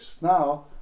Now